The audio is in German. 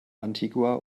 antigua